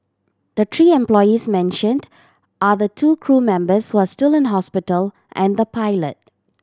the three employees mentioned are the two crew members who are still in hospital and the pilot